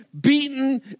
beaten